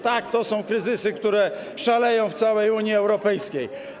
Tak, to są kryzysy, które szaleją w całej Unii Europejskiej.